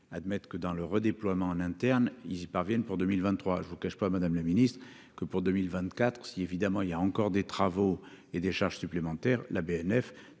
admettent que dans le redéploiement en interne, ils y parviennent, pour 2023 je vous cache pas, Madame la Ministre, que pour 2024 si évidemment il y a encore des travaux et des charges supplémentaires, la BNF